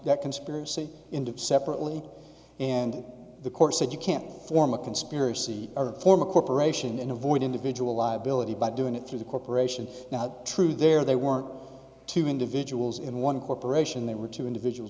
conspiracy into separately and the court said you can't form a conspiracy or form a corporation and avoid individual liability by doing it through the corporation not true there they weren't two individuals in one corporation they were two individuals